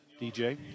DJ